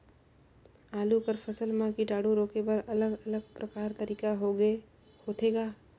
आलू कर फसल म कीटाणु रोके बर अलग अलग प्रकार तरीका होथे ग?